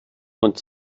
und